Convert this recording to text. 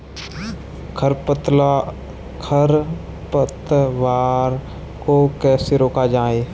खरपतवार को कैसे रोका जाए?